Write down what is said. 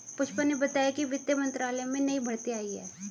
पुष्पा ने बताया कि वित्त मंत्रालय में नई भर्ती आई है